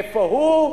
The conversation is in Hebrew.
איפה הוא?